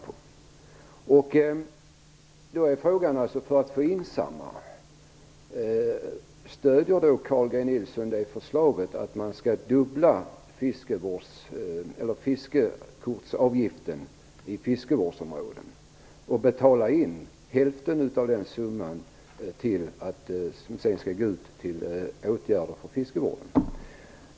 Frågan är då om Carl G Nilsson för att få in samma summa stödjer förslaget som går ut på att fördubbla fiskekortsavgiften i fiskevårdsområdena, och betala in hälften av den summan som sedan skall gå till åtgärder för fiskevården?